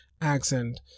accent